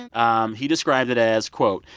um he described it as, quote,